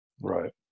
right